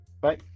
Bye